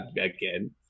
again